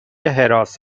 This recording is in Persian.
حراست